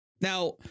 Now